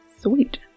Sweet